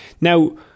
Now